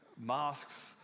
masks